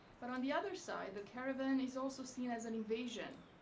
but on the other side, the caravan is also seen as an invasion,